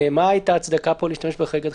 מה הייתה ההצדקה פה להשתמש בחריג הדחיפות?